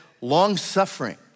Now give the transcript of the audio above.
long-suffering